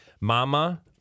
mama